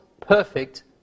perfect